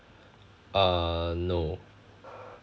uh no